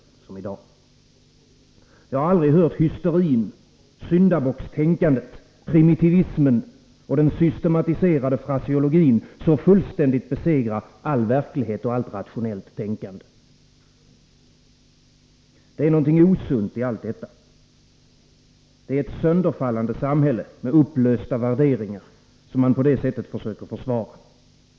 Jag har aldrig hört hysterin, syndabockstänkandet och den systematiserade fraseologin så fullständigt besegra all verklighet och allt rationellt tänkande. Det är något osunt i allt detta. Det är ett sönderfallande samhälle, med upplösta värderingar, som man på det sättet försöker försvara.